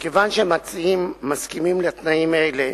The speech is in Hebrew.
מכיוון שהמציעים מסכימים לתנאים האלה,